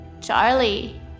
Charlie